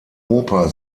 oper